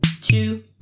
two